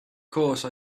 course